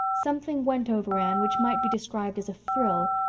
something went over anne which might be described as a thrill,